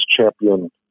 champion